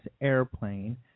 airplane